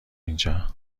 اینجا